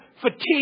fatigue